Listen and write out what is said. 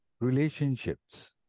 relationships